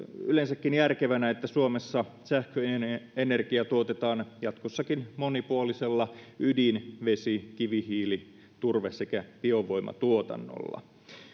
yleensäkin järkevänä että suomessa sähköenergia tuotetaan jatkossakin monipuolisella ydinvoima vesivoima kivihiili turve sekä biovoimatuotannolla